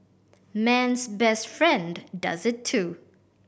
man's best friend does it too